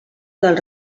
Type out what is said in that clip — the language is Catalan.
del